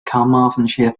carmarthenshire